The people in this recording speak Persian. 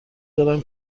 دارم